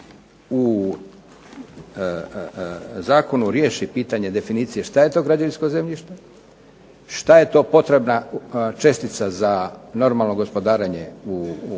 u zakonu riješi pitanje definicije šta je to građevinsko zemljište, šta je to potrebna čestica za normalno gospodarenje u